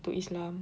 to islam